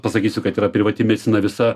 pasakysiu kad yra privati medicina visa